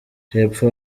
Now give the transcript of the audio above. hepfo